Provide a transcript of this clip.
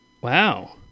wow